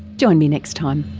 join me next time,